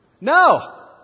No